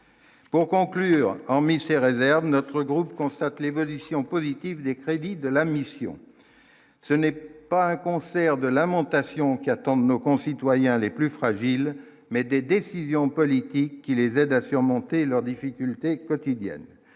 Pour conclure en 1000 ces réserves, notre groupe, constate l'évolution positive des crédits de la mission, ce n'est pas un concert de lamentations qu'attendent nos concitoyens les plus fragiles, mais des décisions politiques qui les aident à surmonter leurs difficultés quotidiennes,